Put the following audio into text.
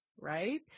Right